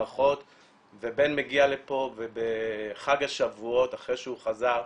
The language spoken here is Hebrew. ובן מגיע לפה ובחג השבועות אחרי שהוא חזר,